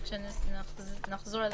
כשנחזור לדיון,